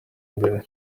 mbere